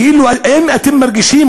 כאילו אתם מרגישים,